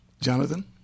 Jonathan